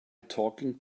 talking